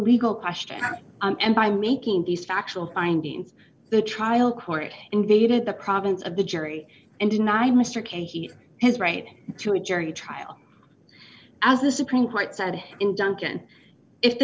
legal question and by making these factual findings the trial court invaded the province of the jury and deny mr k he his right to a jury trial as the supreme white said in duncan if the